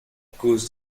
cause